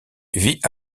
vit